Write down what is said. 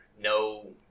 no